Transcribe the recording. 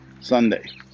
Sunday